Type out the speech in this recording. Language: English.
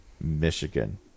michigan